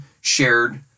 shared